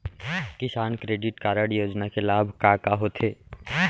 किसान credit card योजना के लाभ का का होथे?